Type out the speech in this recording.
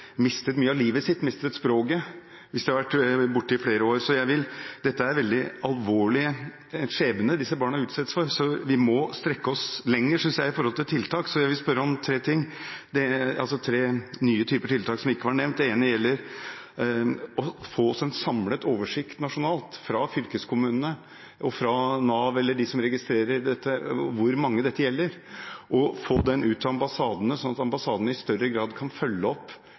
mistet mye av livet sitt – og mistet språket hvis de har vært borte i flere år. Det er veldig alvorlige skjebner disse barna utsettes for, så vi må strekke oss lenger, synes jeg, når det gjelder tiltak. Så jeg vil spørre om tre nye typer tiltak, som ikke var nevnt. Det ene gjelder å få en samlet oversikt nasjonalt – fra fylkeskommunene, fra Nav eller fra dem som registrerer dette – over hvor mange dette gjelder, og få den ut til ambassadene, slik at ambassadene i større grad kan følge opp